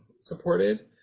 supported